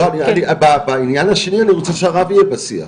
לא, אני בעניין השני, אני רוצה שהרב יהיה בשיח,